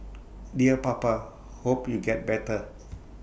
dear papa hope you get better